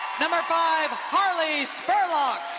number five, harley spurlock.